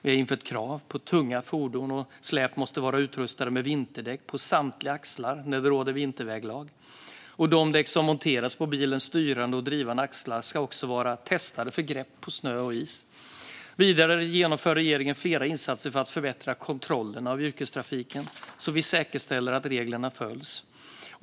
Vi har infört krav på att tunga fordon och släp ska vara utrustade med vinterdäck på samtliga axlar när det råder vinterväglag. De däck som monterats på bilens styrande och drivande axlar ska också vara testade för grepp på snö och is. Vidare genomför regeringen flera insatser för att förbättra kontrollerna av yrkestrafiken så att vi säkerställer att reglerna följs.